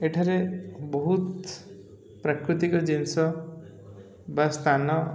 ଏଠାରେ ବହୁତ ପ୍ରାକୃତିକ ଜିନିଷ ବା ସ୍ଥାନ